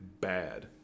Bad